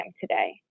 today